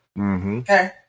Okay